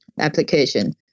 application